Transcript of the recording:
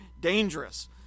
dangerous